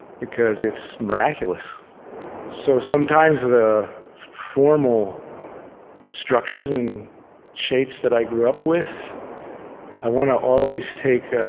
because it's miraculous so sometimes, the formal structures and shapes that i grew up with i want to always take